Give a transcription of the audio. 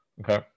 Okay